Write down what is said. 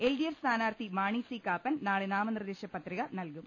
L D F സ്ഥാനാർത്ഥി Mani C Kappan നാളെ നമനിർദേശ പത്രിക നൽകും